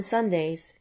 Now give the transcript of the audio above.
Sundays